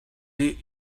nih